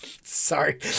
Sorry